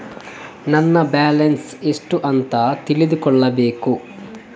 ನನ್ನ ಬ್ಯಾಲೆನ್ಸ್ ಎಷ್ಟು ಅಂತ ತಿಳಿದುಕೊಳ್ಳಬೇಕು?